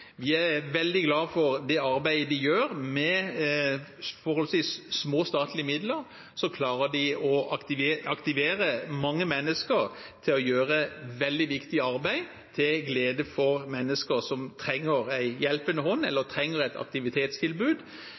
Vi er veldig glad for arbeidet de gjør. Med forholdsvis små statlige midler klarer de å aktivere mange mennesker til å gjøre et veldig viktig arbeid til glede for mennesker som trenger en hjelpende hånd eller et aktivitetstilbud,